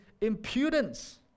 impudence